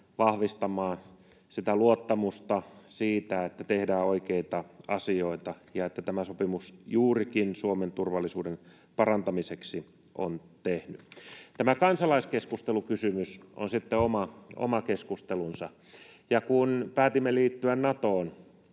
vahvistamaan sitä luottamusta siitä, että tehdään oikeita asioita ja että tämä sopimus juurikin Suomen turvallisuuden parantamiseksi on tehty. Tämä kansalaiskeskustelukysymys on sitten oma keskustelunsa, ja kun päätimme liittyä Natoon,